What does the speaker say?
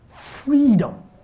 freedom